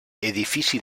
edifici